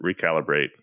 recalibrate